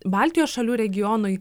baltijos šalių regionui